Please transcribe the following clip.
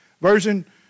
version